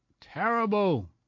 Terrible